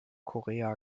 korea